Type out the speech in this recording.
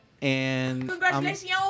Congratulations